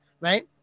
right